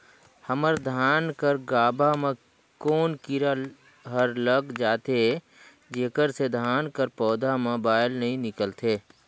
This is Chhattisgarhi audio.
हमर धान कर गाभा म कौन कीरा हर लग जाथे जेकर से धान कर पौधा म बाएल नइ निकलथे?